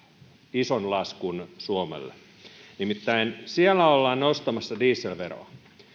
ison laskun suomelle nimittäin siellä ollaan nostamassa dieselveroa